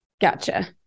Gotcha